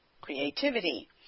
creativity